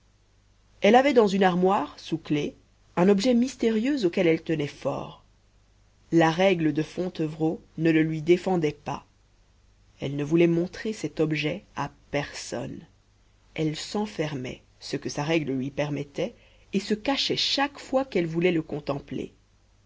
elle avait dans une armoire sous clef un objet mystérieux auquel elle tenait fort la règle de fontevrault ne le lui défendait pas elle ne voulait montrer cet objet à personne elle s'enfermait ce que sa règle lui permettait et se cachait chaque fois qu'elle voulait le contempler